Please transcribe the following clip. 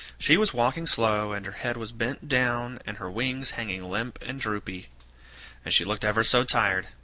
she was walking slow, and her head was bent down, and her wings hanging limp and droopy and she looked ever so tired,